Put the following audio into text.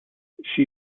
she